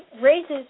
raises